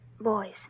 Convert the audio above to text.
Boys